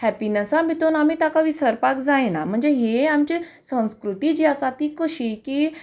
हॅप्पिनसा भितर आमी ताका विसरपाक जायना म्हणजे ही आमची संस्कृती जी आसा ती कशी की